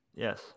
Yes